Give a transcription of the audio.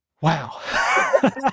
Wow